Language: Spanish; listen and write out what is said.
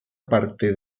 parte